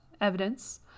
evidence